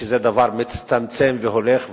שזה דבר מצטמצם והולך,